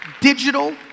Digital